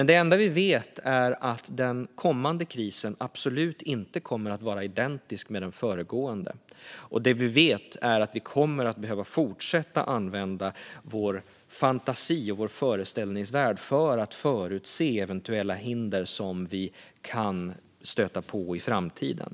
Det enda vi vet är att den kommande krisen absolut inte kommer att vara identisk med den föregående. Det vi vet är att vi kommer att behöva fortsätta använda vår fantasi och föreställningsförmåga för att förutse eventuella hinder som vi kan stöta på i framtiden.